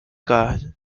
card